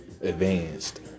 advanced